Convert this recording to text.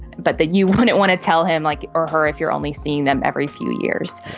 but that you wouldn't want to tell him like or her if you're only seeing them every few years.